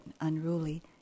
unruly